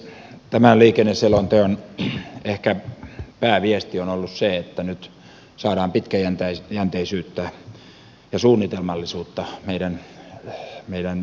tämän liikenneselonteon ehkä pääviesti on ollut se että nyt saadaan pitkäjänteisyyttä ja suunnitelmallisuutta meidän väylärakentamiseen ja väylien hoitoon